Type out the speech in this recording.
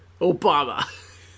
obama